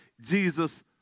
Jesus